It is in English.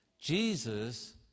Jesus